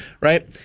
Right